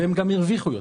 והם גם הרוויחו יותר.